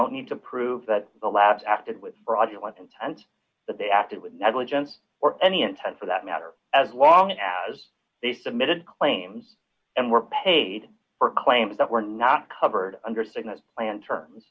don't need to prove that the last acted with fraudulent intent that they acted with negligence or any intent for that matter as long as they submitted claims and were paid for claims that were not covered under cygnus plan terms